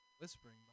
whispering